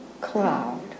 cloud